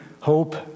hope